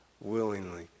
willingly